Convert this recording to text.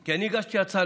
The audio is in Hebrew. כי אני הגשתי הצעה